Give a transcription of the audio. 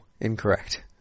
incorrect